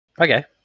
Okay